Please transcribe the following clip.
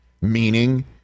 meaning